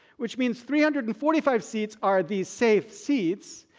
which means three hundred and forty five seats are these safe seats.